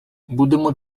будемо